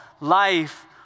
life